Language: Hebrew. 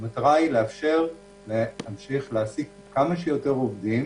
המטרה היא לאפשר להמשיך להעסיק כמה שיותר עובדים